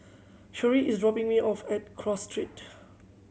Sherrie is dropping me off at Cross Street